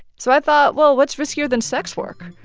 so i thought, well, what's riskier than sex work?